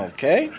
Okay